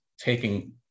taking